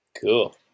Cool